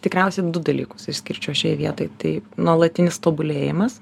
tikriausiai du dalykus išskirčiau šioj vietoj tai nuolatinis tobulėjimas